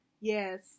yes